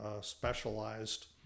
specialized